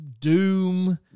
Doom